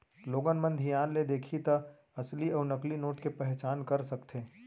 लोगन मन धियान ले देखही त असली अउ नकली नोट के पहचान कर सकथे